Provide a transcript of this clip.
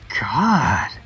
God